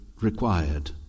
required